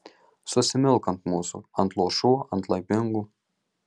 susimilk ant mūsų ant luošų ant laimingų